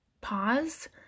pause